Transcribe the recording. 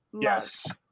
Yes